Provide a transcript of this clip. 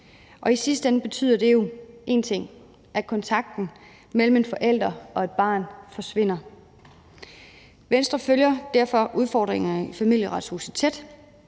I sidste ende betyder det jo én ting: at kontakten mellem en forælder og et barn forsvinder. Venstre følger derfor udfordringerne i Familieretshuset tæt